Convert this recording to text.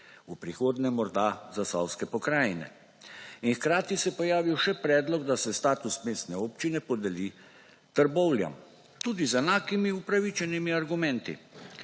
v prihodnje morda Zasavske pokrajine. In hkrati se je pojavil še predlog, da se status mestne občine podeli Trbovljam, tudi z enakimi upravičenimi argumenti.